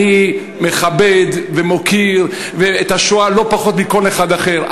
אני מכבד ומוקיר את זכר השואה לא פחות מכל אחד אחר.